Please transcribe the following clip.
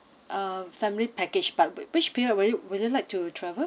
uh family package but which period would you would you like to travel